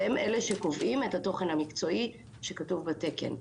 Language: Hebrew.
והם אלה שקובעים את התוכן המקצועי שכתוב בתקן.